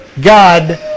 God